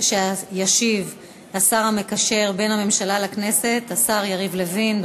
ישיב השר המקשר בין הממשלה לכנסת, השר יריב לוין.